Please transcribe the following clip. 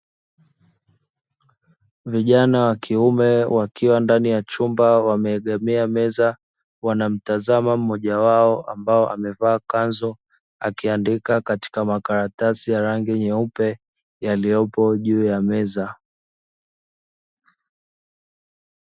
Vijana wa kiume wakiwa ndani ya chumba wameegamia meza, wanamtazama mmoja wao ambao amevaa kanzu, akiandika katika makaratsi ya rangi nyeupe, yaliyopo juu ya meza.